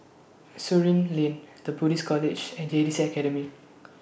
Surin Lane The Buddhist College and J T C Academy